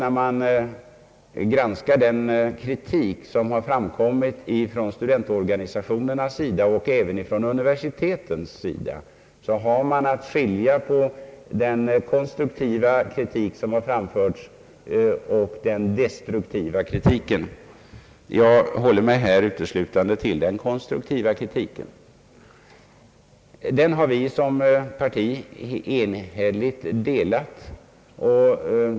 När man granskar kritiken från studentorganisationerna och universiteten har man alltså att skilja på den konstruktiva och den destruktiva kritiken. Jag håller mig här uteslutande till den konstruktiva kritiken. Denna kritik har vi som parti enhälligt delat.